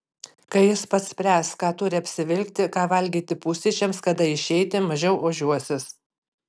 kai jis pats spręs ką turi apsivilkti ką valgyti pusryčiams kada išeiti mažiau ožiuosis